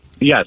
Yes